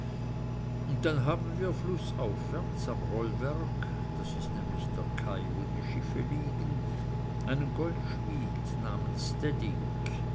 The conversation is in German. und dann haben wir flußaufwärts am bollwerk das ist nämlich der kai wo die schiffe liegen einen goldschmied namens stedingk